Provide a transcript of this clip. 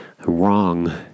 wrong